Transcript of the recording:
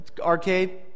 arcade